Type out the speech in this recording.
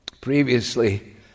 previously